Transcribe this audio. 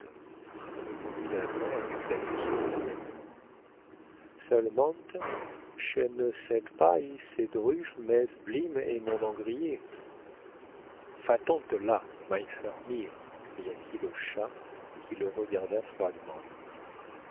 répondit l'allemand avec la douceur d'un agneau seulemente che neu saite pas i se druffent messes blîmes et mon hangrier fattan te la meinherr mirr cria-t-il au chat qui le regarda froidement